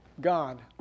God